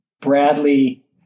Bradley